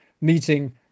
meeting